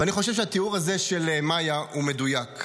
אני חושב שהתיאור הזה של מיה הוא מדויק.